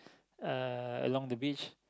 uh along the beach